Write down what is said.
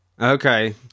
Okay